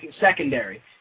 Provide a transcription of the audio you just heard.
secondary